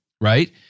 right